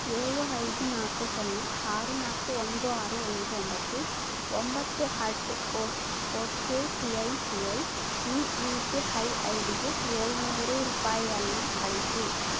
ಏಳು ಐದು ನಾಲ್ಕು ಸೊನ್ನೆ ಆರು ನಾಲ್ಕು ಒಂದು ಆರು ಒಂದು ಒಂಬತ್ತು ಒಂಬತ್ತು at O okay C I C I E U P I I ಡಿಗೆ ಏಳ್ನೂರು ರೂಪಾಯಿಯನ್ನು ಕಳಿಸು